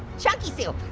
chunky soup.